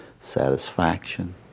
satisfaction